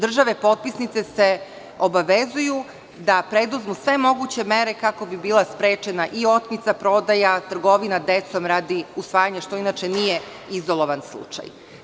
Države potpisnice se obavezuju da preduzmu sve moguće mere kako bi bila sprečena otmica, prodaja, trgovina dece radi usvajanja, što inače nije izolovan slučaj.